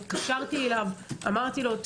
אני התקשרתי אליו ואמרתי לו,